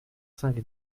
cinq